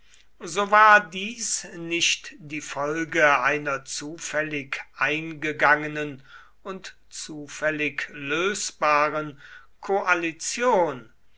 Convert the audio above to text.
so war dies nicht die folge einer zufällig eingegangenen und zufällig lösbaren koalition